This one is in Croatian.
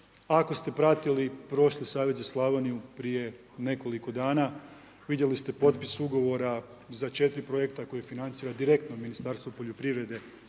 Ako ste pratili prošli savjet za Slavoniju prije nekoliko dana, vidjeli ste potpis ugovora za 4 projekta koje financira direktno Ministarstvo poljoprivrede